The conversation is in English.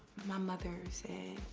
my mother said.